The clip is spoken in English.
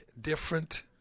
different